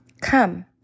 Come